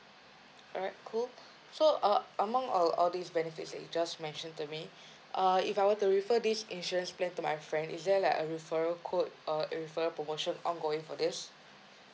alright cool so uh among of all these benefits that you just mentioned to me uh if I were to refer this insurance plan to my friend is there like a referral code uh a referral promotion ongoing for this